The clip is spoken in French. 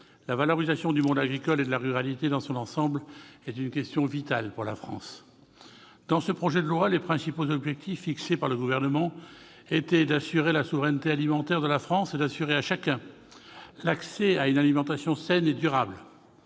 la valorisation du monde agricole et de la ruralité dans son ensemble est une question vitale pour la France. Concernant ce projet de loi, les principaux objectifs fixés par le Gouvernement étaient de garantir la souveraineté alimentaire de la France et d'assurer à chacun l'accès à une alimentation saine et durable.